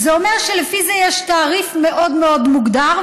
זה אומר שלפי זה יש תעריף מאוד מאוד מוגדר,